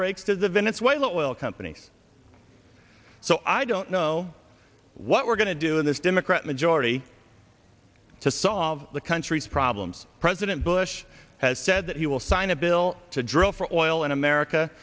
to the venezuelan oil companies so i don't know what we're going to do in this democrat majority to solve the country's problems president bush has said that he will sign a bill to drill for oil in america